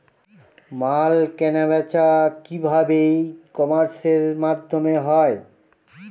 মাল কেনাবেচা কি ভাবে ই কমার্সের মাধ্যমে হয়?